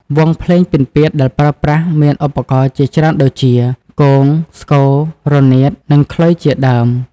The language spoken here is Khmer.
វង់ភ្លេងពិណពាទ្យដែលប្រើប្រាស់មានឧបករណ៍ជាច្រើនដូចជា គង ស្គរ រនាត និងខ្លុយជាដើម។